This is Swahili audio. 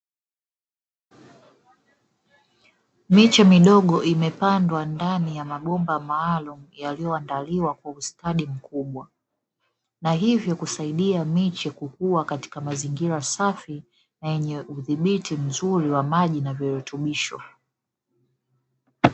Miche midogo imepandwa ndani ya mabomba maalumu yaliyoandaliwa kwa ustadi mkubwa, na hivyo kusaidia miche kukua katika mazingira safi na yenye udhibiti mzuri wa maji na virutubisho.